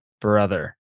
Brother